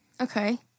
Okay